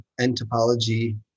Entopology